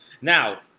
Now